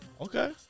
Okay